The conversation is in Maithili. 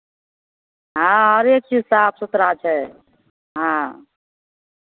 हँ हरेक चीज साफ सुथरा छै हँ